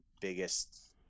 biggest